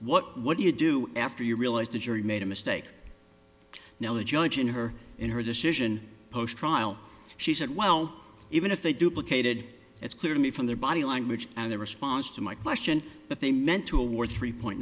what do you do after you realized the jury made a mistake now the judge in her in her decision post trial she said well even if they duplicated it's clear to me from their body language and their response to my question that they meant to award three point